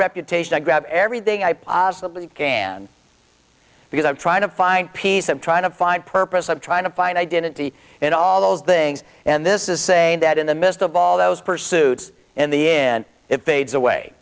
reputation i grab everything i possibly can because i'm trying to find peace i'm trying to find purpose i'm trying to find identity in all those things and this is saying that in the midst of all those pursuits in the end it fades away